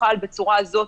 ותוכל בצורה זו,